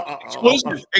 Exclusive